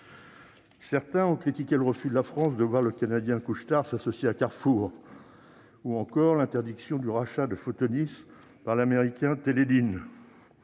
Certains ont critiqué le refus de la France de voir le canadien Couche-Tard s'associer à Carrefour, ou encore l'interdiction du rachat de Photonis par l'américain Teledyne.